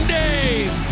days